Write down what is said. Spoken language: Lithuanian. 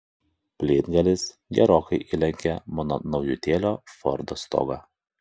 plytgalis gerokai įlenkė mano naujutėlio fordo stogą